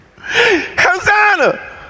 Hosanna